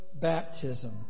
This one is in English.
baptism